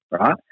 right